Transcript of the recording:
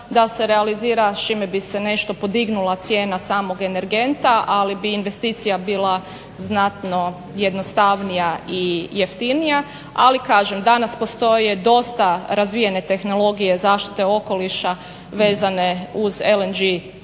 da se realizira s čime bi se nešto podignula cijena samog energenta, ali bi investicija bila znatno jednostavnija i jeftinija. Ali kažem, danas postoje dosta razvijene tehnologije zaštite okoliša vezane uz LNG